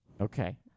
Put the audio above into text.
Okay